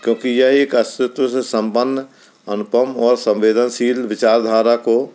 क्योंकि यह एक अस्तित्व से सम्पन्न अनुपम और संवेदनशील विचारधारा को